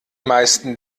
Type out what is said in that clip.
meisten